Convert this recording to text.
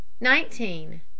nineteen